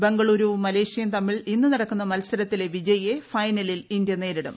ബംഗളരുവും മലേഷൃയും തമ്മിൽ ഇന്നു നടക്കുന്ന മത്സരത്തിലെ വിജയിയെ ഫൈനലിൽ ഇന്ത്യ നേരിടും